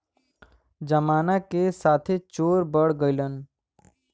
जमाना के साथे चोरो बढ़ गइलन